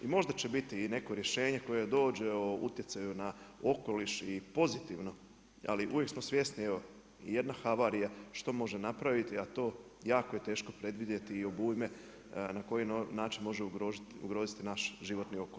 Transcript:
I možda će biti neko rješenje koje dođe o utjecaju na okoliš i pozitivno, ali uvijek smo svjesni jedna havarija što može napraviti, a to je jako teško predvidjeti obujme na koji način može ugroziti naš životni okoliš.